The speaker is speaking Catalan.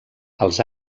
els